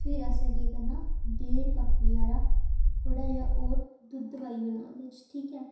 फिर असें केह् करना डेढ कप्पी हारा थोह्ड़ा जेहा होर दुद्ध पाई ओड़ना ओह्दे च ठीक ऐ